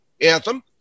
anthem